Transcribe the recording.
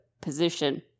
position